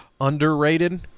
underrated